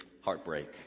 heartbreak